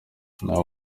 ntawe